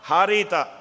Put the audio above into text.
Harita